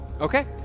Okay